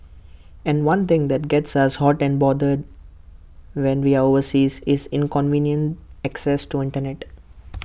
and one thing that gets us hot and bothered when we're overseas is inconvenient access to Internet